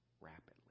rapidly